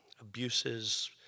abuses